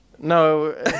No